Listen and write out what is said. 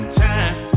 time